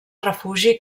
refugi